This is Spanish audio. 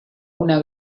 una